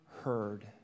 heard